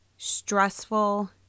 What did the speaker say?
Stressful